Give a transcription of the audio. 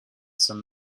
some